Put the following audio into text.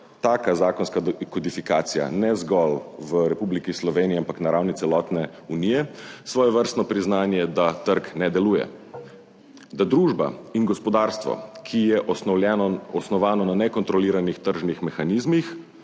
taka zakonska kodifikacija ne zgolj v Republiki Sloveniji, ampak na ravni celotne Unije svojevrstno priznanje, da trg ne deluje, da družba in gospodarstvo, ki je osnovano na nekontroliranih tržnih mehanizmih,